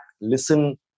listen